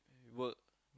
work